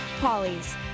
Polly's